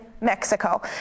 Mexico